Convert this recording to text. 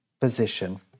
position